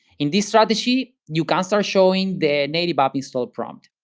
in this strategy, you can start showing the native app install prompt.